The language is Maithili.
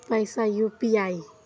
पैसा यू.पी.आई?